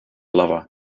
lover